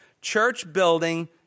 church-building